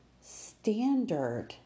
standard